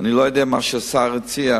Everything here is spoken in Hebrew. לא יודע מה השר הציע.